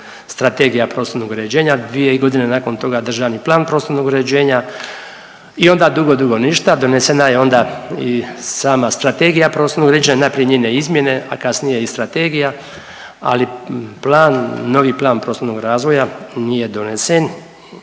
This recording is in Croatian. Strategija prostornog uređenja, dvije godine nakon toga Državni plan prostornog uređenja i onda dugo, dugo ništa, donesena je onda i sama Strategija prostornog uređenja, najprije njene izmjene, a kasnije i strategija, ali plan, novi plan prostornog razvoja nije donesen